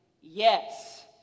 yes